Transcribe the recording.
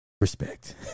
respect